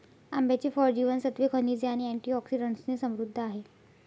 आंब्याचे फळ जीवनसत्त्वे, खनिजे आणि अँटिऑक्सिडंट्सने समृद्ध आहे